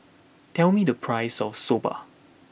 tell me the price of soba